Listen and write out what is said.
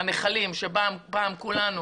הנחלים שפעם כולנו